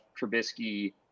Trubisky